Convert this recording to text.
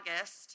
August